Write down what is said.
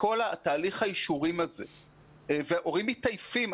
והורים מתעייפים.